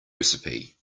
recipe